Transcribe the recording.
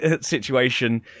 situation